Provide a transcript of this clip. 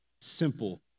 simple